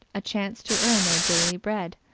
a chance to earn their daily bread.